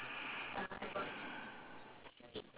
but my axe is falling apart leh